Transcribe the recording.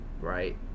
right